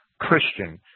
Christian